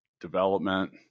development